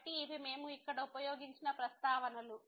కాబట్టి ఇవి మేము ఇక్కడ ఉపయోగించిన ప్రస్తావనలు